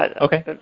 Okay